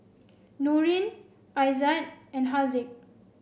Nurin Aizat and Haziq